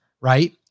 right